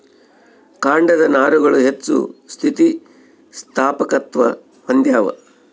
ಕಾಂಡದ ನಾರುಗಳು ಹೆಚ್ಚು ಸ್ಥಿತಿಸ್ಥಾಪಕತ್ವ ಹೊಂದ್ಯಾವ